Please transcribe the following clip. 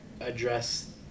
address